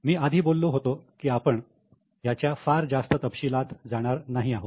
मी आधी बोललो होतो की आपण याच्या फार जास्त तपशीलात जाणार नाही आहोत